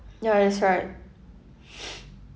ya that's right